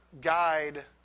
guide